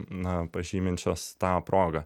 na pažyminčios tą progą